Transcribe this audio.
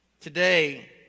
Today